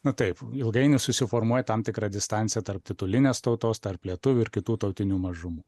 nu taip ilgainiui susiformuoja tam tikra distancija tarp titulinės tautos tarp lietuvių ir kitų tautinių mažumų